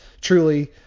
truly